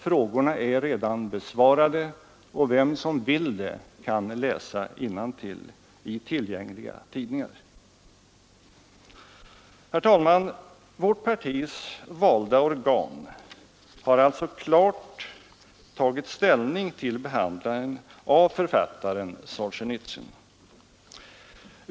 Frågorna är redan besvarade, och vem som vill det kan läsa innantill i tillgängliga tidningar. Herr talman! Vårt partis valda organ har alltså klart tagit ställning till behandlingen av författaren Solzjenitsyn.